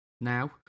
now